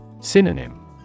Synonym